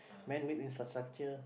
man made infrastructure